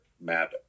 map